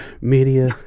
media